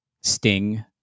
Sting